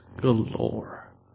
Galore